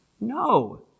No